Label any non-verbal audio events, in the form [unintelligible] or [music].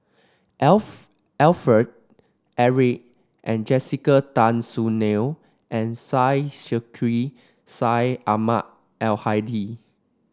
[unintelligible] Alfred Eric and Jessica Tan Soon Neo and Syed Sheikh Syed Ahmad Al Hadi